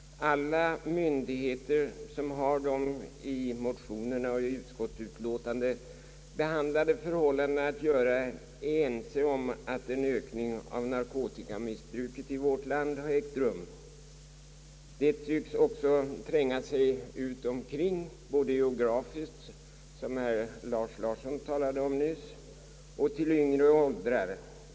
Alla myndigheter som har något att göra med i motionerna och utskottsutlåtandet behandlade förhållanden är ense om att en ökning av narkotikamissbruket i vårt land har ägt rum. Missbruket tycks också sprida sig både geografiskt vilket herr Lars Larsson talade om nyss — samt till yngre åldrar.